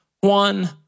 one